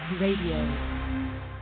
Radio